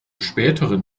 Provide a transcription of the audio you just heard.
späteren